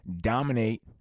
dominate